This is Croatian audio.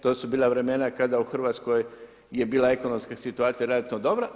To su bila vremena kada u Hrvatskoj je bila ekonomska situacija relativno dobra.